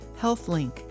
healthlink